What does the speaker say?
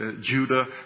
Judah